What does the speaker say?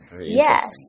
Yes